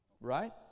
Right